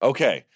Okay